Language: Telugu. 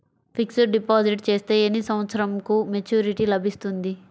ఫిక్స్డ్ డిపాజిట్ చేస్తే ఎన్ని సంవత్సరంకు మెచూరిటీ లభిస్తుంది?